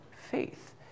faith